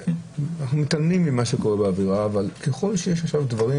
שאנחנו מתעלמים ממה שקורה אבל ככל שיש עכשיו דברים